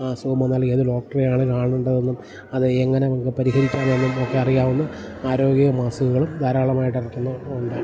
ആ അസുഖം വന്നാൽ ഏത് ഡോക്ടറെ ആണ് കാണേണ്ടതെന്നും അത് എങ്ങനെ പരിഹരിക്കാമെന്നും ഒക്കെ അറിയാവുന്ന ആരോഗ്യ മാസികകളും ധാരാളമായിട്ടിറങ്ങുന്നുണ്ട്